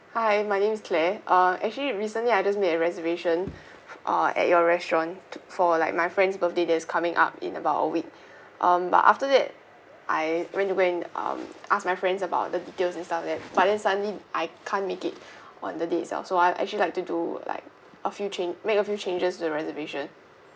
hi my name is claire ah actually recently I just made a reservation ah at your restaurant t~ for like my friend's birthday that is coming up in about a week um but after that I went to go and um ask my friends about the details and stuff like that but then suddenly I can't make it on the day itself so I actually like to do like a few change made a few changes to the reservation